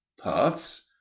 puffs